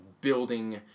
building